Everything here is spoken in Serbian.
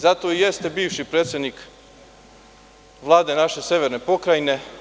Zato jeste bivši predsednik Vlade naše severne Pokrajine.